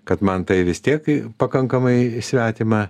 kad man tai vis tiek pakankamai svetima